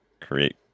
create